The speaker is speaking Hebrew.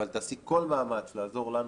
אבל תעשי כל מאמץ לעזור לנו,